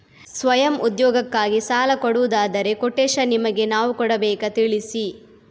ಸ್ವಯಂ ಉದ್ಯೋಗಕ್ಕಾಗಿ ಸಾಲ ಕೊಡುವುದಾದರೆ ಕೊಟೇಶನ್ ನಿಮಗೆ ನಾವು ಕೊಡಬೇಕಾ ತಿಳಿಸಿ?